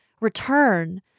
return